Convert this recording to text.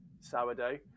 sourdough